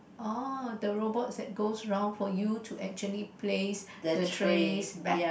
oh the robots that go around for you to actually place the trays back